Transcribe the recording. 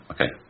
Okay